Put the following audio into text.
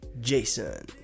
jason